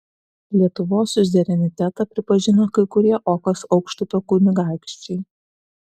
lietuvos siuzerenitetą pripažino kai kurie okos aukštupio kunigaikščiai